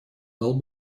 дал